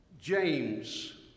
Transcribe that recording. James